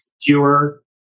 fewer